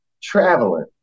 traveling